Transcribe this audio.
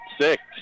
six